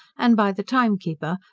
and by the time-keeper,